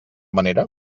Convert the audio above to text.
manera